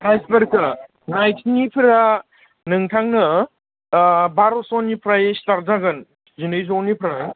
प्राइसफोरखौ नाइकिनिफोरा नोंथांनो बार'शनिफ्राय स्टार्ट जागोन जिनैजौनिफ्राय